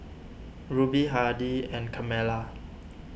Ruby Hardy and Carmela